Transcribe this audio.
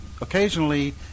Occasionally